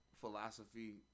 philosophy